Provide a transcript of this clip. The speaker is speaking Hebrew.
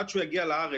עד שהוא יגיע לארץ,